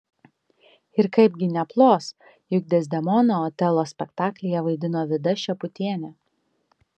ir kaipgi neplos juk dezdemoną otelo spektaklyje vaidino vida šeputienė